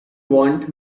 want